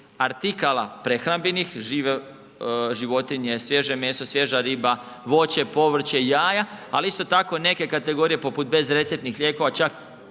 artikala prehrambenih, žive životinje, svježe meso, svježa riba, voće, povrće i jaja ali isto tako neke kategorije poput bez receptnih lijekova čak